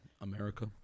America